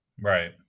Right